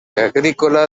agrícola